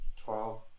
Twelve